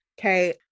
Okay